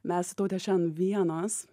mes su taute šiandien vienos